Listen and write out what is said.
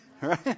Right